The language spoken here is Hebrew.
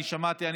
אני שמעתי,